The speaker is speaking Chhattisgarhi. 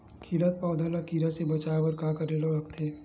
खिलत पौधा ल कीरा से बचाय बर का करेला लगथे?